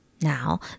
now